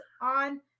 on